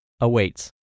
awaits